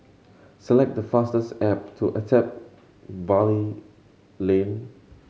select the fastest to Attap Valley Lane